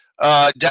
Down